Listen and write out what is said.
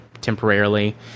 temporarily